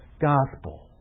gospel